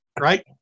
right